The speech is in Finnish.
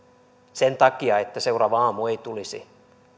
sen takia että seuraava aamu ei tulisi